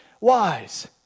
wise